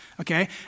Okay